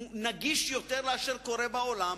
הוא נגיש יותר לאשר קורה בעולם,